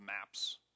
maps